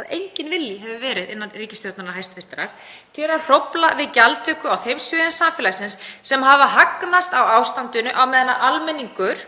að enginn vilji hefur verið innan ríkisstjórnarinnar til að hrófla við gjaldtöku á þeim sviðum samfélagsins sem hafa hagnast á ástandinu á meðan almenningur